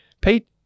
Pete